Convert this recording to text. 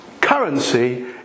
currency